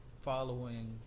following